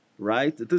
Right